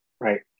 right